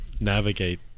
navigate